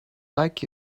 like